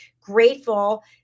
grateful